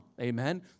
Amen